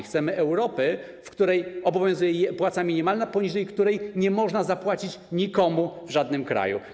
Chcemy Europy, w której obowiązuje płaca minimalna, poniżej której nie można zapłacić nikomu w żadnym kraju.